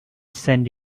send